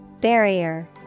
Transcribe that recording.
Barrier